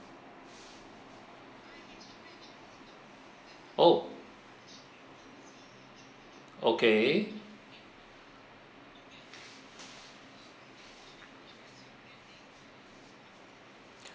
oh okay